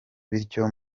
bityo